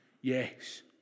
Yes